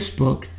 Facebook